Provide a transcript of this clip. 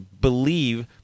believe